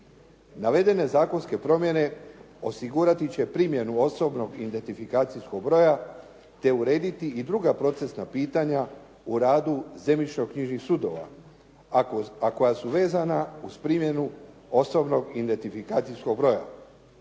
Navedene zakonske promjene osigurati će primjenu osobnog identifikacijskog broja, te urediti i druga procesna pitanja u radu zemljišno-knjižnih sudova, a koja su vezana uz primjenu osobnog identifikacijskog broja,